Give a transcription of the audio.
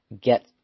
get